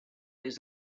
des